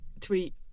tweet